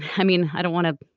i mean i don't want to.